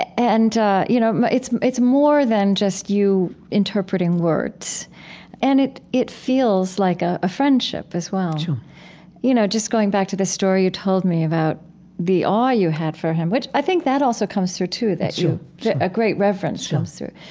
and ah you know, it's it's more than just you interpreting words and it it feels like ah a friendship as well sure you know, just going back to the story you told me about the awe you had for him. i think that also comes through too, that a great reverence comes through.